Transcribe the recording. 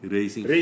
Racing